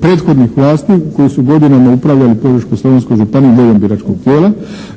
prethodnih vlasti koji su godinama upravljali Požeško-slavonskom županijom, voljom biračkog tijela,